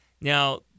Now